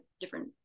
different